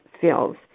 feels